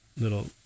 little